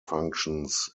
functions